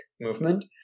movement